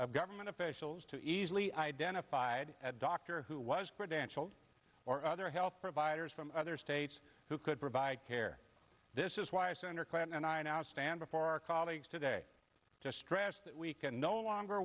of government officials to easily identified a doctor who was grid anshul or other health providers from other states who could provide care this is why senator clinton and i now stand before our colleagues today to stress that we can no longer